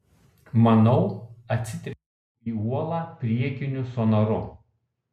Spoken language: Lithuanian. manau atsitrenkiau į uolą priekiniu sonaru